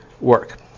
work